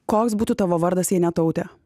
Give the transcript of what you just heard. koks būtų tavo vardas jei ne tautė